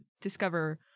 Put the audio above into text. discover